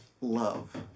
love